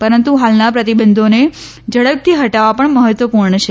પરંતુ હાલના પ્રતિબંધોને ઝડપથી ફટાવવા પણ મહત્વપુર્ણ છે